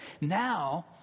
Now